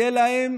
יהיה להם